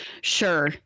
Sure